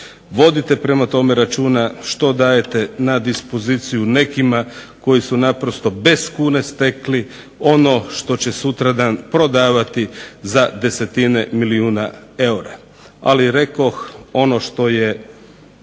Vodite prema tome računa što dajete na dispoziciju nekima koji su naprosto bez kune stekli ono što će sutradan prodavati za desetine milijuna eura. Ali rekoh, ono što je